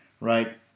right